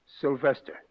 Sylvester